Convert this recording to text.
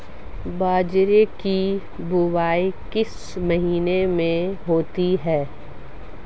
बाजरे की बुवाई किस महीने में की जाती है?